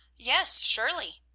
yes, surely.